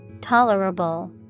Tolerable